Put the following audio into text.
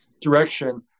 direction